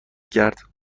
کرد